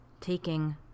taking